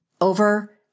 over